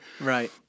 Right